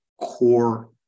core